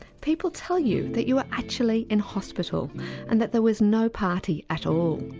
people tell you that you are actually in hospital and that there was no party at all.